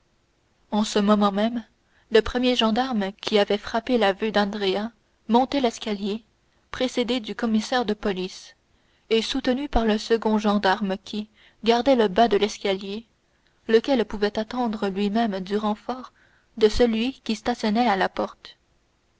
en ce moment même le premier gendarme qui avait frappé la vue d'andrea montait l'escalier précédé du commissaire de police et soutenu par le second gendarme qui gardait le bas de l'escalier lequel pouvait attendre lui-même du renfort de celui qui stationnait à la porte